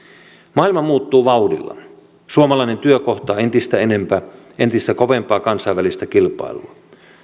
maailma muuttuu vauhdilla suomalainen työ kohtaa entistä kovempaa kansainvälistä kilpailua